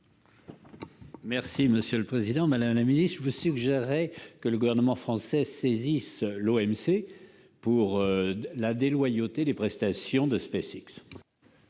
pour la réplique. Madame la ministre, je vous suggérerais que le Gouvernement français saisisse l'OMC de la déloyauté des prestations de SpaceX